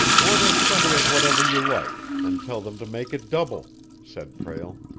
order plenty of whatever you like, and tell them to make it double, said prale.